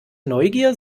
neugier